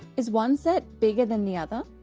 is one set bigger than the other?